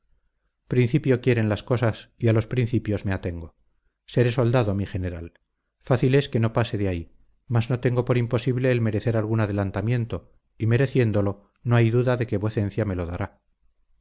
principio quieren las cosas y a los principios me atengo seré soldado mi general fácil es que no pase de ahí mas no tengo por imposible el merecer algún adelantamiento y mereciéndolo no hay duda que vuecencia me lo dará